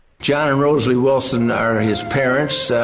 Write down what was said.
john and rosalie willson are his parents.